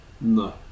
no